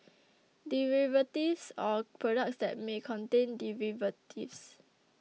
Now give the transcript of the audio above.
derivatives or products that may contain derivatives